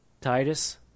Titus